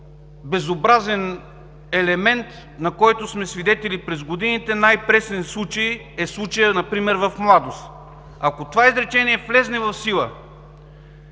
този безобразен елемент, на който сме свидетели през годините. Най-пресен е случаят например в „Младост“. Ако това изречение влезе в сила,